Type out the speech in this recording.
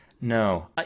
No